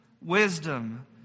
wisdom